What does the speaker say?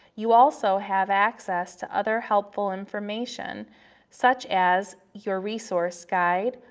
you also have access to other helpful information such as your resource guide,